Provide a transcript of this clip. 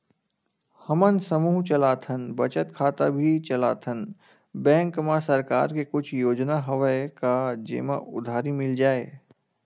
हमन समूह चलाथन बचत खाता भी चलाथन बैंक मा सरकार के कुछ योजना हवय का जेमा उधारी मिल जाय?